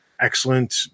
Excellent